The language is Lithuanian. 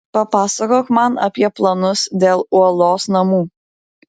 papasakok man apie planus dėl uolos namų